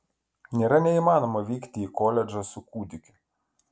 nėra neįmanoma vykti į koledžą su kūdikiu